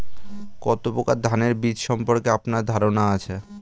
কত প্রকার ধানের বীজ সম্পর্কে আপনার ধারণা আছে?